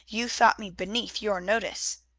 you thought me beneath your notice.